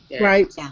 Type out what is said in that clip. right